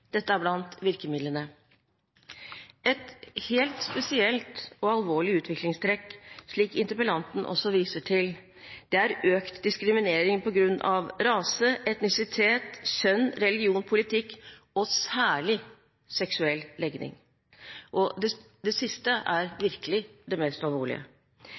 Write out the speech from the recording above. er blant virkemidlene. Et helt spesielt og alvorlig utviklingstrekk, som også interpellanten viser til, er økt diskriminering på grunn av rase, etnisitet, kjønn, religion, politikk og særlig seksuell legning, og det siste er virkelig det mest alvorlige.